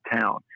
town